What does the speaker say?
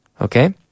Okay